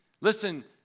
Listen